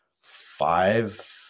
five